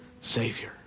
Savior